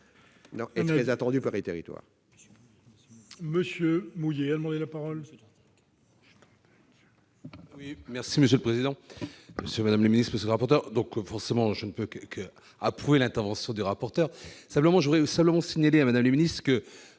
est très attendu par les territoires.